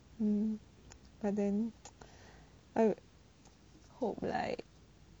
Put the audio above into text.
mm but then I hope like